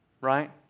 Right